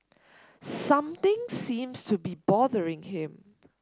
something seems to be bothering him